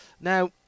Now